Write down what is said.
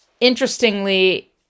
interestingly